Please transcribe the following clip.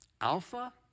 Alpha